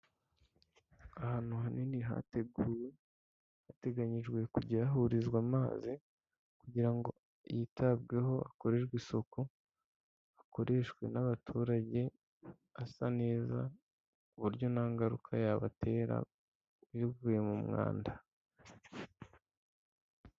Ahantu hanini hateguwe, hateganyijwe kujya hahurizwa amazi kugira ngo yitabweho akorerwe isuku, akoreshwe n'abaturage asa neza ku buryo nta ngaruka yabatera bivuye mu mwanda.